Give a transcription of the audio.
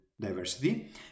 Diversity